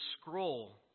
scroll